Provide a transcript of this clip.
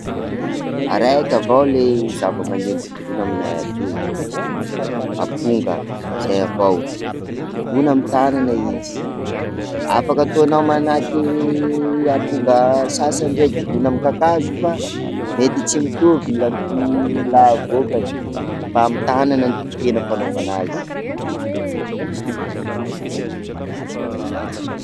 Araiky avao ley zavamaneno dobohina aminay atoy, amponga zay avao, dobohina amin'ny tanana izy, afaka ataonao manahaky amponga sasany reny dobohina amin'ny kakazo fa mety tsy mitovy ny la- laha avoakany fa amin'ny tanana no tena fanaovana azy.